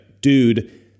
Dude